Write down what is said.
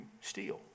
steal